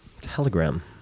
Telegram